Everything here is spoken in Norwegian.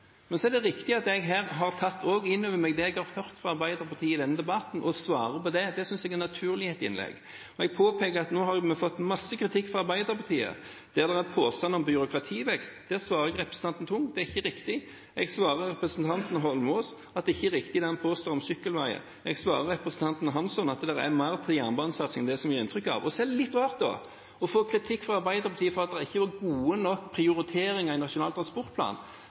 Men det er riktig at jeg har tatt inn over meg det jeg har hørt fra Arbeiderpartiet i denne debatten, og svarer på det. Det synes jeg er naturlig i et innlegg. Jeg påpeker at vi har fått masse kritikk fra Arbeiderpartiet, påstander om byråkrativekst. Da svarer jeg til representanten Tung at det ikke er riktig. Jeg svarer til representanten Eidsvoll Holmås at det ikke er riktig, det han påstår om sykkelveier. Jeg svarer til representanten Hansson at det er gitt mer til jernbanesatsing enn det gis inntrykk av. Det er litt rart å få kritikk fra Arbeiderpartiet for at det ikke er gode nok prioriteringer i Nasjonal transportplan,